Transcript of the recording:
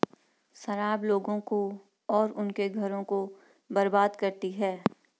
शराब लोगों को और उनके घरों को बर्बाद करती है